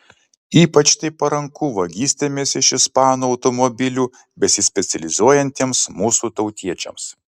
ypač tai paranku vagystėmis iš ispanų automobilių besispecializuojantiems mūsų tautiečiams